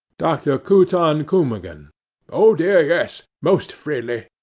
dr. kutankumagen oh dear, yes most freely.